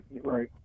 Right